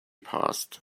passed